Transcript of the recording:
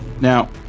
now